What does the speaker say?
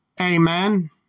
Amen